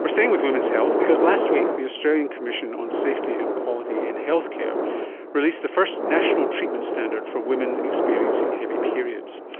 staying with women's health because last week the australian commission on safety and quality in healthcare released the first national treatment standard for women experiencing heavy periods.